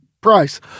Price